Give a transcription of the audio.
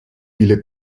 viele